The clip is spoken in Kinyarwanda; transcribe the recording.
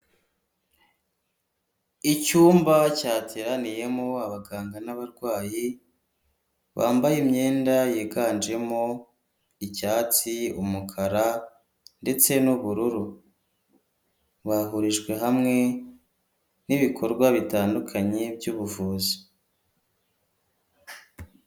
Icyumba cyateraniyemo abaganga n'abarwayi bambaye imyenda yiganjemo icyatsi, umukara, ndetse n'ubururu. Bahurijwe hamwe n'ibikorwa bitandukanye by'ubuvuzi.